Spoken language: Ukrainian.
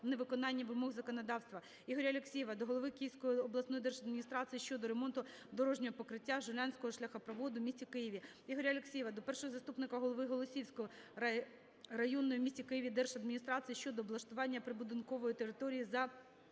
невиконання вимог законодавства. Ігоря Алексєєва до голови Київської обласної держадміністрації щодо ремонту дорожнього покриття Жулянського шляхопроводу у місті Києві. Ігоря Алексєєва до першого заступника голови Голосіївської районної в місті Києві держадміністрації щодо облаштування прибудинкової території за